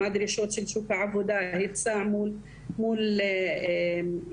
מה הדרישות של שוק העבודה היצע מול ביקוש.